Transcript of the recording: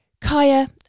Kaya